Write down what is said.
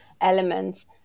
elements